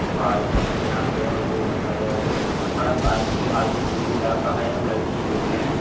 भाई बहन यहाँ से जो मतलब अठारह साल से आयु जो भी लड़का है लड़की जो भी हैं